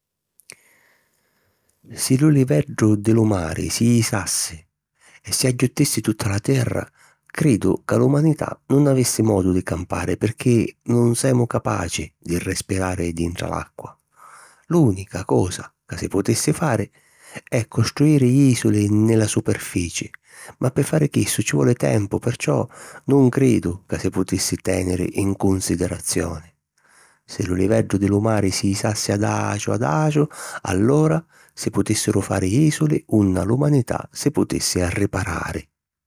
Si lu liveddu di lu mari si jisassi e si agghiuttissi tutta la terra, cridu ca l'umanità nun avissi modu di campari pirchì nun semu capaci di respirari dintra l’acqua. L’ùnica cosa ca si putissi fari è costruiri ìsuli nni la superfici, ma pi fari chissu ci voli tempu perciò nun cridu ca si putissi tèniri in cunsidirazioni. Si lu liveddu di lu mari si jisassi adaciu adaciu allura si putìssiru fari ìsuli unni l’umanità si putissi arriparari.